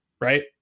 right